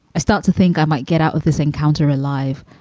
i start to think i might get out with this encounter alive,